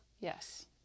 Yes